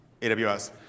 AWS